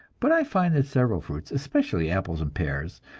but i find that several fruits, especially apples and pears,